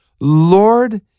Lord